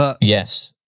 Yes